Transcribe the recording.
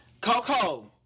Coco